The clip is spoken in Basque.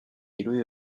irudi